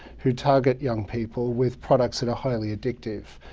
who target young people with products that are highly addictive.